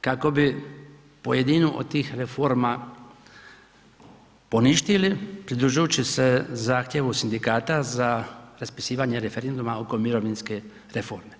kako bi pojedinu od tih reforma poništili pridružujući se zahtjevu sindikata za raspisivanje referenduma oko mirovinske reforme.